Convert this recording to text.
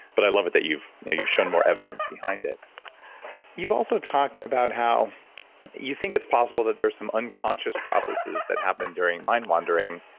but i love it that you've, you know, you've shown more evidence behind it you've also talked about how you think it's possible that there's some unconscious processes that happen during mind-wandering.